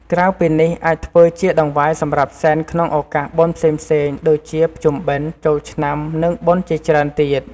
ក្រៅពីនេះអាចធ្វើជាដង្វាយសម្រាប់សែនក្នុងឧកាសបុណ្យផ្សេងៗ ដូចជាភ្ជុំបិណ្ឌ ចូលឆ្នាំនិងបុណ្យជាច្រើនទៀត